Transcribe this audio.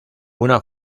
una